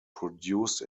produced